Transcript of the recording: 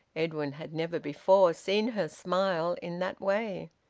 edwin had never before seen her smile in that way.